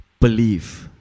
believe